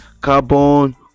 carbon